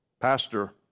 Pastor